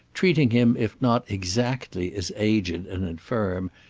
treating him if not exactly as aged and infirm,